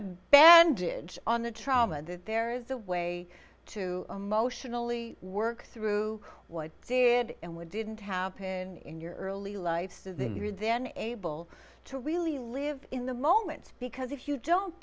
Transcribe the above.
a bandage on the trauma that there is a way to emotionally work through what did and what didn't happen in your early life so that you are then able to really live in the moment because if you don't